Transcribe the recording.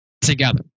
together